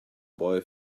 boy